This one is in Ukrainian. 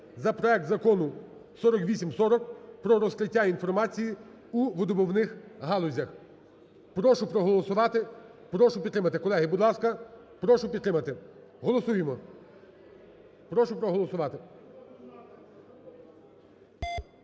за проект Закону 4840 про розкриття інформації у видобувних галузях. Прошу проголосувати, прошу підтримати. Колеги, будь ласка, прошу підтримати. Голосуємо. Прошу проголосувати.